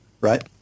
right